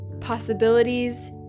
possibilities